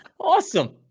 awesome